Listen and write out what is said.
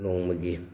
ꯅꯣꯡꯃꯒꯤ